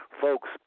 Folks